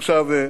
עכשיו,